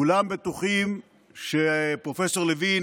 כולם בטוחים שפרופ' לוין